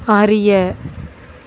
அறிய